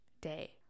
day